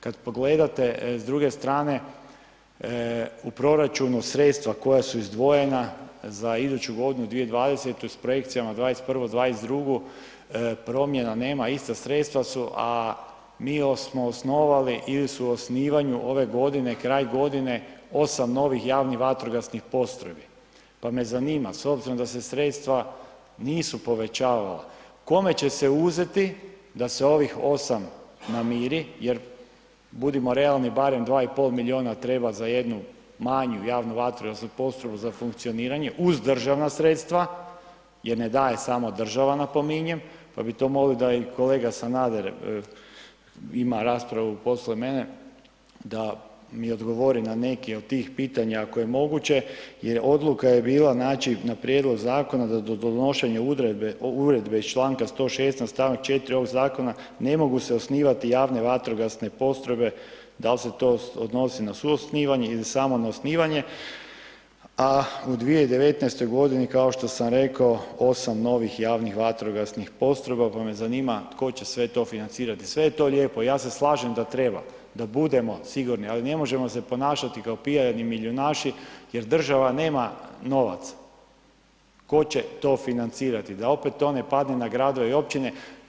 Kad pogledate s druge strane u proračunu sredstva koja su izdvojena za iduću godinu 2020. s projekcijama '21., '22. promjena nema, ista sredstva su, a mi smo osnovali ili su u osnivanju ove godine, kraj godine, 8 novih JVP-a, pa me zanima s obzirom da se sredstva nisu povećavala kome će se uzeti da se ovih 8 namiri jer budimo realni barem 2,5 milijuna treba za jednu manju JVP za funkcioniranje uz državna sredstva jer ne daje samo država napominjem, pa bi to možda i kolega Sanader ima raspravu posle mene da mi odgovori na neke od tih pitanja ako je moguće jer odluka je bila znači na prijedlog zakona da do donošenje uredbe, uredbe iz čl. 116. st. 4. ovog zakona ne mogu se osnivati JVP da li se to odnosi na suosnivanje ili samo na osnivanje a u 2019. godini kao što sam rekao 8 novih javnih vatrogasnih postrojba pa me zanima tko će sve to financirati, sve je to lijepo, ja se slažem da treba, da budemo sigurni ali ne možemo se ponašati kao pijani milijunaši jer država nema novaca, tko će to financirati, da opet to ne padne na gradove i općine.